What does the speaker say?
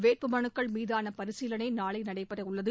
வேட்புமனுக்கள் மீதான பரிசீலனை நாளை நடைபெறவுள்ளது